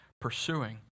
pursuing